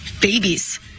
babies